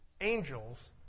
angels